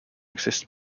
exists